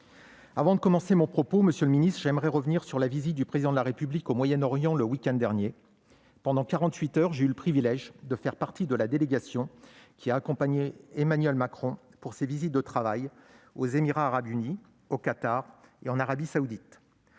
Avant de commencer mon propos, monsieur le ministre, j'aimerais revenir sur la visite du Président de la République au Moyen-Orient le week-end dernier. Pendant quarante-huit heures, j'ai eu le privilège de faire partie de la délégation qui a accompagné Emmanuel Macron dans ses visites de travail aux Émirats arabes unis, au Qatar et en Arabie Saoudite.